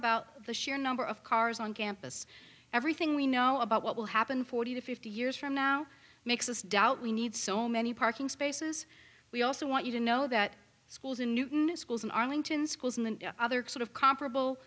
about the sheer number of cars on campus everything we know about what will happen forty to fifty years from now makes us doubt we need so many parking spaces we also want you to know that schools in newton schools in arlington schools and the other sort of comparable